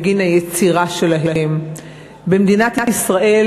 בגין היצירה שלהם במדינת ישראל,